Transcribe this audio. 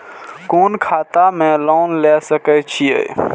कोन खाता में लोन ले सके छिये?